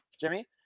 Jimmy